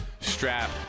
strap